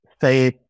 say